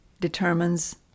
determines